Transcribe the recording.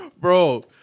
Bro